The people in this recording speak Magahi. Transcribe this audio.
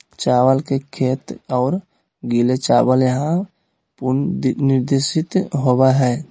चावल के खेत और गीले चावल यहां पुनर्निर्देशित होबैय हइ